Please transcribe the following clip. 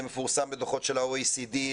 זה מפורסם בדוחות של ה-OECD,